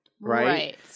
right